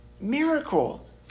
miracle